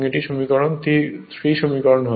এটি 3 নং সমীকরণ হয়